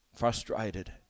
frustrated